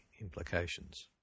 implications